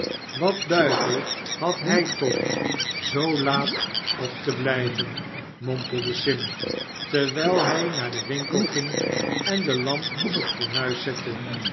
wat duivel had hij toch zoo laat op te blijven mompelde sim terwijl hij naar den winkel ging en de lamp op het fornuis zette